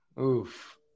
Oof